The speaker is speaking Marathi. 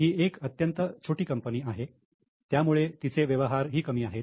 ही एक अत्यंत छोटी कंपनी आहे त्यामुळे तिचे व्यवहार ही कमी आहेत